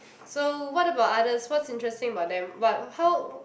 so what about others what's interesting about them what how